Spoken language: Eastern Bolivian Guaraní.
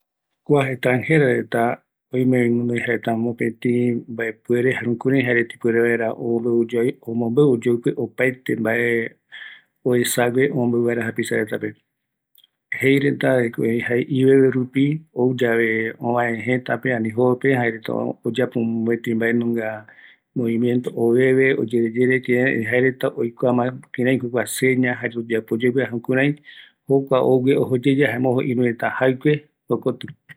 Extrangerareta oimevi guinoi mbaepuere, övae yave ketɨ ɨ, ani mbae potɨ, oikatu omombeu oyoupe reta, iveverupi jae retra oikua, jare jukurai oyoguiraja reta